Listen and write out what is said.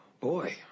Boy